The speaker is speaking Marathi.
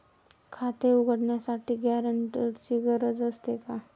खाते उघडण्यासाठी गॅरेंटरची गरज असते का?